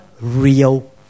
real